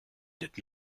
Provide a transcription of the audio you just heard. did